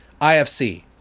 IFC